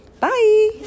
Bye